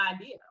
idea